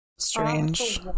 Strange